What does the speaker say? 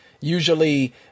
Usually